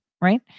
right